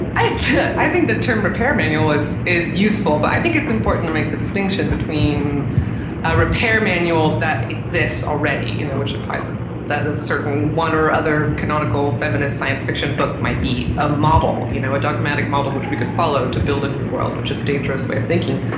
i i think the term repair manual is is useful but i think it's important to make the distinction between a repair manual that exists already, you know which implies that a certain one or other canonical feminist science fiction book might be a model, you know a dogmatic model which we could follow to build a new world, which is a dangerous way of thinking.